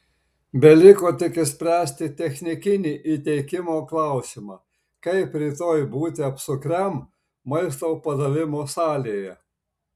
beliko tik išspręsti technikinį įteikimo klausimą kaip rytoj būti apsukriam maisto padavimo salėje